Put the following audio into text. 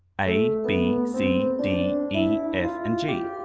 a, b, c, d, e, f, and g.